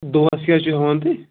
دۄہَس کیٛاہ چھُ ہٮ۪وان تُہۍ